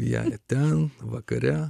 jai ten vakare